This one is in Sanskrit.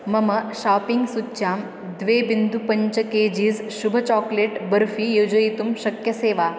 मम शापिङ्ग् सूच्यां द्वे बिन्दु पञ्च केजीस् शुभचोक्लेट् बर्फ़ी योजयितुं शक्यते वा